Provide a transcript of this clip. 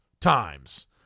times